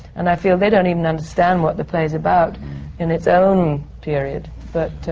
and i feel they don't even understand what the play's about in its own period. but